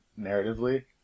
narratively